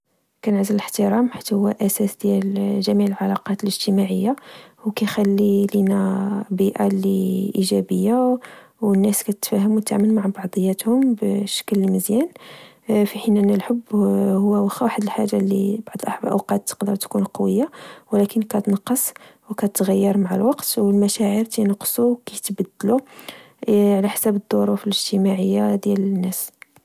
كنعزل الإحترام هو أساس في جميع العلاقات الاجتماعية. وكخلي لنا بيئة اللي إيجابية، والناس كتفاهم والتعامل مع بعضياتهم بشكل مزيان. فحين أن الحب، هو وخا واحد الحاجة لفبع الأوقات تقدر تكون قوية، ولكن كتنقص وكتغير مع الوقت.و المشاعر كنقصو، وكتبدلو على حساب الظروف الإجتماعية ديال الناس